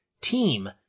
team